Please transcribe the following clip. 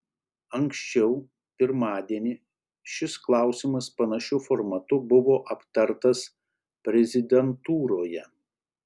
anksčiau pirmadienį šis klausimas panašiu formatu buvo aptartas prezidentūroje